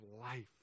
life